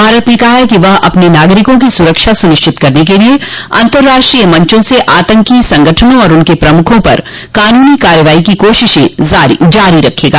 भारत ने कहा है कि वह अपने नागरिकों की सुरक्षा सुनिश्चित करने के लिए अंतर्राष्ट्रीय मंचों से आतंकी संगठनों और उनके प्रमुखों पर कानूनी कार्रवाई की कोशिशें जारी रखेगा